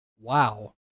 Wow